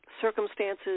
circumstances